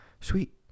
Sweet